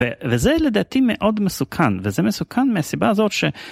וזה לדעתי מאוד מסוכן, וזה מסוכן מהסיבה הזאת ש...